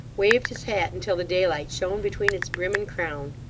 waved his hat until the daylight shone between its brim and crown.